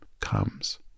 comes